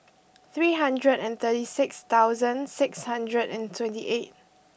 three hundred and thirty six thousand six hundred and twenty eight